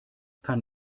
kann